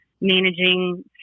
managing